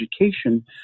education